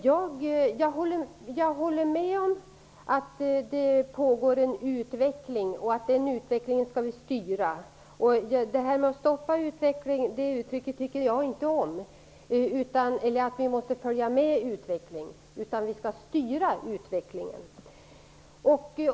Jag håller med om att det pågår en utveckling och att vi skall styra den utvecklingen. Jag tycker inte om uttrycken ''stoppa utvecklingen'' och ''följa med utvecklingen'', utan vi skall styra utvecklingen.